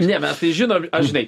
ne mes tai žinom aš žinai